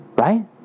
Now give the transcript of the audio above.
Right